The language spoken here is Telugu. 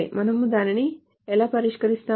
మనము దానిని ఎలా పరిష్కరిస్తాము